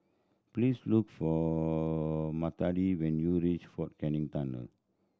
please look for Matilda when you reach Fort Canning Tunnel